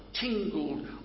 tingled